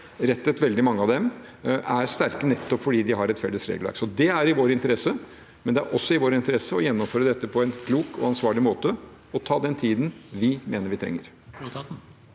som er energirettet, er sterke nettopp fordi de har et felles regelverk. Så det er i vår interesse, men det er også i vår interesse å gjennomføre dette på en klok og ansvarlig måte og ta den tiden vi mener vi trenger.